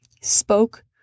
spoke